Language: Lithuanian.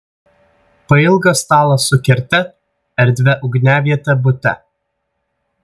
pailgas stalas su kerte erdvia ugniaviete bute